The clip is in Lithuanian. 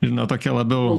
žinau tokia labiau